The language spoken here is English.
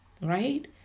right